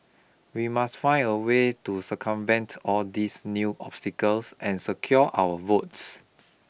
we must find a way to circumvent all these new obstacles and secure our votes